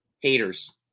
Haters